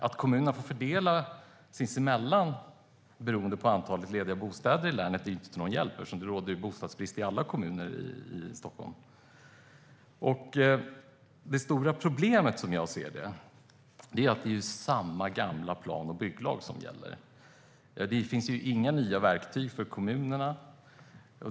Att kommunerna får fördela sinsemellan beroende på antalet lediga bostäder är inte till någon hjälp eftersom det råder bostadsbrist i alla kommuner i Stockholm. Det stora problemet, som jag ser det, är att det är samma gamla plan och bygglag som gäller. Det finns inga nya verktyg för kommunerna.